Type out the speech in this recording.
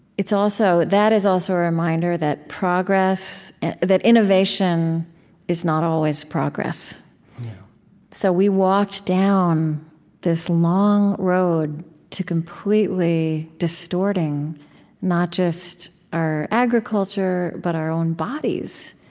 it's also that is also a reminder that progress that innovation is not always progress. and so we walked down this long road to completely distorting not just our agriculture, but our own bodies.